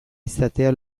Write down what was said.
izatea